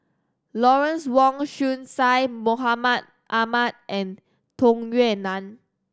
Lawrence Wong Shyun Tsai Mahmud Ahmad and Tung Yue Nang